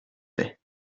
fais